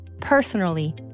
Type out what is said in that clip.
Personally